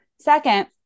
Second